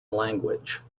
language